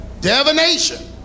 Divination